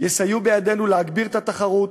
יסייעו בידינו להגביר את התחרות,